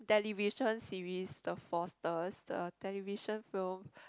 television series the Fosters the television film